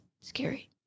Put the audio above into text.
scary